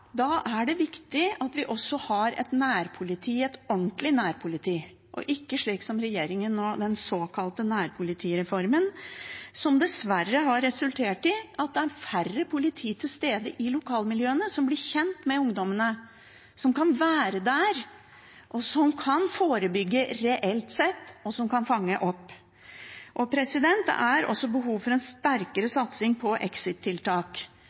da er det viktig at vi også har et nærpoliti – et ordentlig nærpoliti og ikke slik som den såkalte nærpolitireformen, som dessverre har resultert i at det er færre politi til stede i lokalmiljøene som kan bli kjent med ungdommene, som kan være der, som kan forebygge reelt sett, og som kan fange opp. Det er også behov for en sterkere satsing på